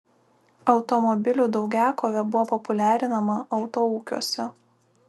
automobilių daugiakovė buvo populiarinama autoūkiuose